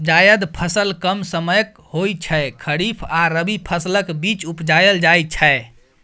जाएद फसल कम समयक होइ छै खरीफ आ रबी फसलक बीच उपजाएल जाइ छै